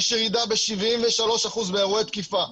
יש ירידה ב-73% באירועי תקיפה,